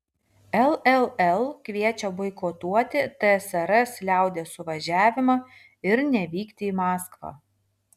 lll kviečia boikotuoti tsrs liaudies suvažiavimą ir nevykti į maskvą